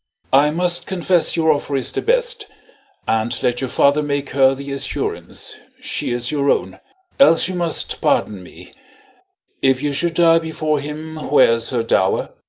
i must confess your offer is the best and let your father make her the assurance, she is your own else, you must pardon me if you should die before him, where's her dower?